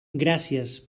gràcies